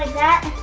that.